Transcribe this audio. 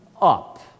up